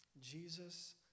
Jesus